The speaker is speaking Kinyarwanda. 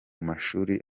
mashuri